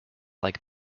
like